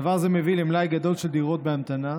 דבר זה מביא למלאי גדול של דירות בהמתנה,